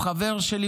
הוא חבר שלי,